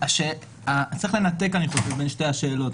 צריך לנתק בין שתי השאלות.